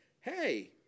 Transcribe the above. Hey